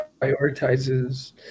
prioritizes